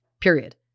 period